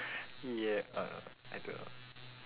ya uh I don't know